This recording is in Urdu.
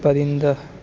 پرندہ